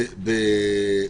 ב-